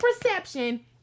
perception